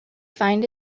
find